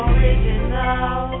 Original